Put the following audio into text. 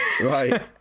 Right